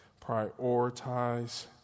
prioritize